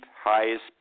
highest